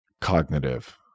cognitive